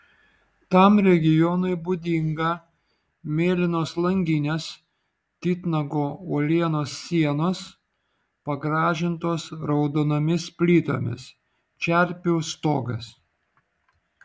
tam regionui būdinga mėlynos langinės titnago uolienos sienos pagražintos raudonomis plytomis čerpių stogas